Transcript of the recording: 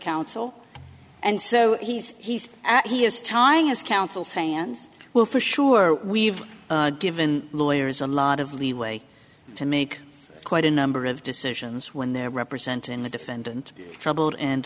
counsel and so he's he's he is timing his counsel's hands well for sure we've given lawyers a lot of leeway to make quite a number of decisions when they're representing the defendant troubled and